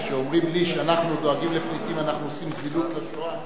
כשאומרים לי שכשאנחנו דואגים לפליטים אנחנו עושים זילות לשואה,